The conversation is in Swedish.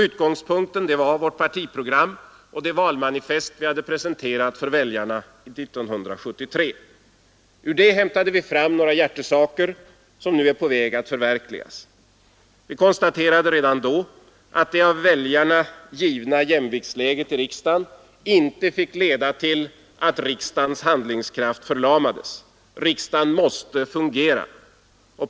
Utgångpunkten var vårt partiprogram och det valmanifest vi hade presenterat för väljarna 1973. Ur det hämtade vi fram några hjärtesaker, som nu är på väg att förverkligas. Vi konstaterade redan då att det av väljarna givna jämviktsläget i riksdagen inte fick leda till att riksdagens handlingskraft förlamades. Riksdagen måste fungera.